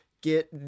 get